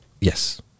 yes